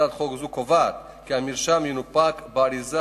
הצעת חוק זו קובעת כי המרשם ינופק באריזה